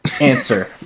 Answer